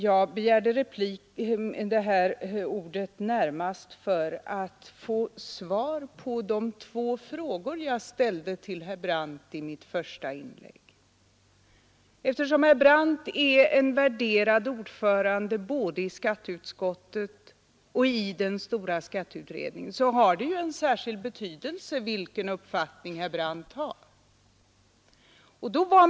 Jag begärde ordet närmast för att be om svar på de två frågor jag ställde till herr Brandt i mitt första inlägg. Eftersom herr Brandt är en värderad ordförande både i skatteutskottet och i den stora skatteutredningen har det ju en särskild betydelse vilken uppfattning han hyser.